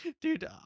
dude